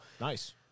Nice